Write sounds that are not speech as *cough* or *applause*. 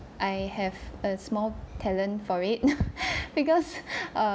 I have a small talent for it *laughs* because